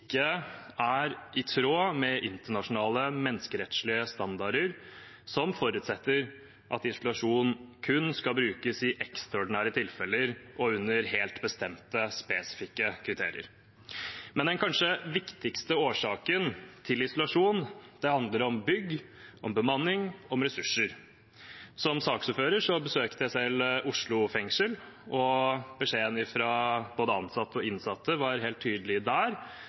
er i tråd med internasjonale menneskerettslige standarder, som forutsetter at isolasjon kun skal brukes i ekstraordinære tilfeller og under helt bestemte, spesifikke kriterier. Men den kanskje viktigste årsaken til isolasjon handler om bygg, om bemanning og om ressurser. Som saksordfører besøkte jeg selv Oslo fengsel, og beskjeden fra både ansatte og innsatte var helt tydelig der,